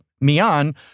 Mian